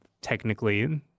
technically